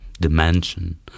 dimension